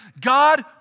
God